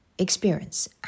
experience